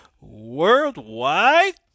worldwide